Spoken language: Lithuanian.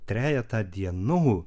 trejetą dienų